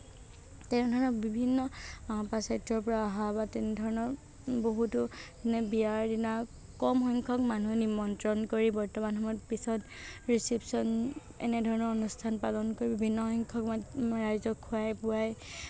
তেনেধৰণৰ বিভিন্ন পাশ্চাত্য়ৰ পৰা অহা বা তেনেধৰণৰ বহুতো মানে বিয়াৰ দিনা কম সংখ্যক মানুহহে নিমন্ত্ৰণ কৰি বৰ্তমান সময়ত পিছত ৰিচিপশ্যন এনেধৰণৰ অনুষ্ঠান পালন কৰি বিভিন্ন সংখ্যক ৰাইজক খোৱাই বোৱাই